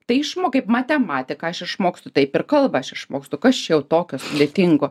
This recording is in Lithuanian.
tai išmok kaip matematiką aš išmoksiu taip ir kalbą aš išmokstu kas čia jau tokio sudėtingo